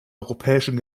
europäischen